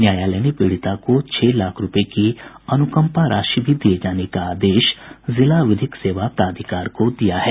न्यायालय ने पीड़िता को छह लाख रुपये की अनुकम्पा राशि भी दिये जाने का आदेश जिला विधिक सेवा प्राधिकार को दिया है